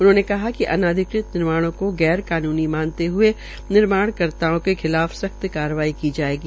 उन्होंने कहा कि अनाधिकृत निर्माणों को गैर कानूनी मानते हुये निर्माणकर्ता के खिलाफ सख्त कारवाई की जायेगी